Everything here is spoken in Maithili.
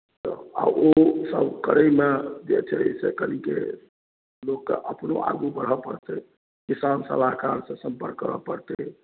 तऽ आ ओसभ करयमे जे छै से कनिके लोकके अपनो आगू बढ़य पड़तै किसान सलाहकारसँ सम्पर्क करय पड़तै